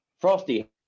Frosty